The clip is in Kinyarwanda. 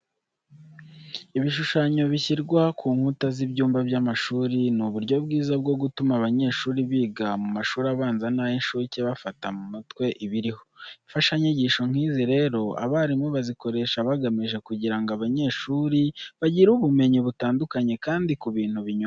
Ibishushanyo bishyirwa ku nkuta z'ibyumba by'amashuri ni uburyo bwiza bwo gutuma abanyeshuri biga mu mashuri abanza n'ay'incuke bafata mu mutwe ibiriho. Imfashanyigisho nk'izi rero abarimu bazikoresha bagamije kugira ngo abanyeshuri bagire ubumenyi butandukanye kandi ku bintu binyuranye.